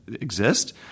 exist